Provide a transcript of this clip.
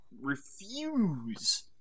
refuse